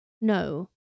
no